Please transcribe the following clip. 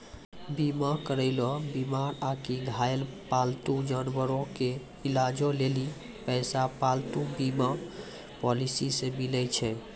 बीमा करैलो बीमार आकि घायल पालतू जानवरो के इलाजो लेली पैसा पालतू बीमा पॉलिसी से मिलै छै